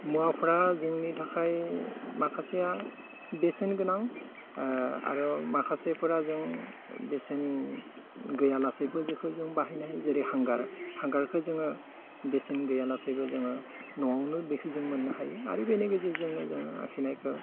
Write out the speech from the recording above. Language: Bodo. मराफोरा जोंनि थाखाय माखासेआ बेसेन गोनां आरो माखासेफोरा जों बेसेन गैयालासिबो जेखौ जों बाहायनाय जेरै हांगार हांगारखौ जोङो बेसेन गैयालासेबो जोङो नआवनो बेखौ जों मोननो हायो आरो बेनि गेजेरजोंनो जोङो आखिनायखो